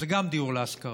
זה גם דיור להשכרה,